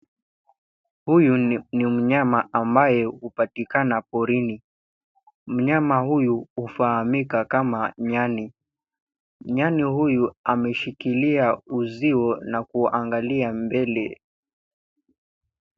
Huyu ni mnyama ambaye hupatikana porini, mnyama huyu, hufahamika kama nyani. Nyani huyu ameshikilia uzio, na kuangalia mbele.